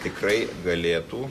tikrai galėtų